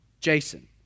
Jason